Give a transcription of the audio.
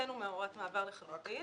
הוצאנו מהוראת המעבר לחלוטין